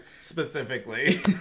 specifically